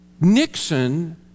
Nixon